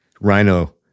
rhino